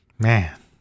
Man